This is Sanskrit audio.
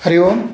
हरि ओम्